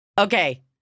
Okay